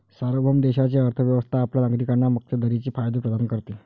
सार्वभौम देशाची अर्थ व्यवस्था आपल्या नागरिकांना मक्तेदारीचे फायदे प्रदान करते